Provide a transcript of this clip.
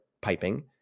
piping